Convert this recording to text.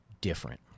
different